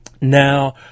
Now